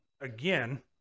again